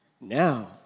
Now